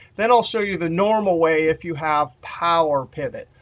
then i'll show you the normal way if you have powerpivot.